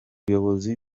umuyobozi